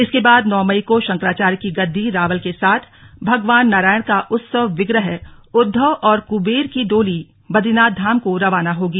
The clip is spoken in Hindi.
इसके बाद नौ मई को शंकराचार्य की गद्दी रावल के साथ भगवान नारायण का उत्सव विग्रह उद्धव और कबेर की डोली बदरीनाथ धाम को रवाना होगी